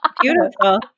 Beautiful